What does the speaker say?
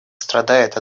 страдает